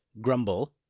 Grumble